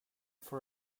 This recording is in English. for